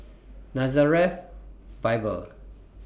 Nazareth Bible